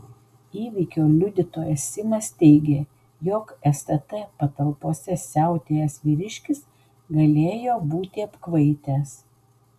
įvykio liudytojas simas teigė jog stt patalpose siautėjęs vyriškis galėjo būti apkvaitęs